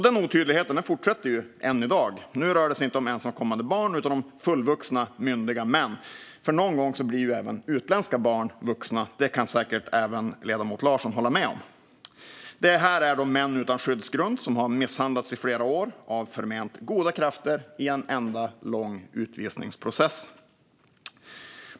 Den otydligheten fortsätter än i dag. Nu rör det sig inte om ensamkommande barn utan om fullvuxna, myndiga män. Någon gång blir ju även utländska barn vuxna; det kan säkert även ledamoten Larsson hålla med om. Detta är män utan skyddsgrund som har misshandlats i flera år av förment goda krafter i en enda lång utvisningsprocess.